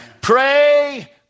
Pray